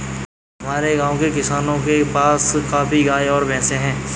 हमारे गाँव के किसानों के पास काफी गायें और भैंस है